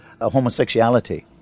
homosexuality